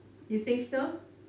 you think so